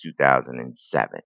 2007